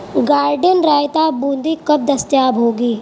garden رائتا بوندی کب دستیاب ہوگی